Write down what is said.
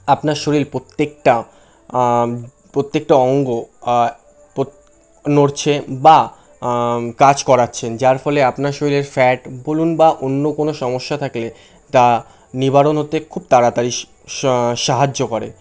আপনার শরীল প্রত্যেকটা প্রত্যেকটা অঙ্গ নড়ছে বা কাজ করাচ্ছেন যার ফলে আপনার শরীরের ফ্যাট বলুন বা অন্য কোনো সমস্যা থাকলে তা নিবারণতে খুব তাড়াতাড়ি সাহায্য করে